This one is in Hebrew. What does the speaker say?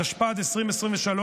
התשפ"ד 2023,